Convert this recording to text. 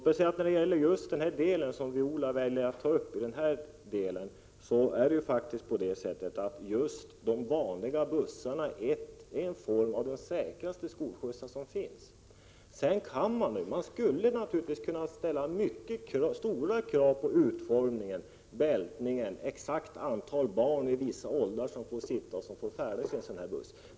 Beträffande det som Viola Claesson väljer att ta upp vill jag säga: Just de vanliga bussarna är några av de säkraste formerna av skolskjuts. Sedan skulle man naturligtvis kunna ställa stora krav på utformningen, bältningen, antalet barn i vissa åldrar som får sitta och som får färdas i bussen osv.